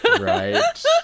Right